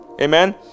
amen